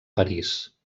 parís